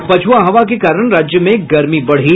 और पछ्आ हवा के कारण राज्य में गर्मी बढी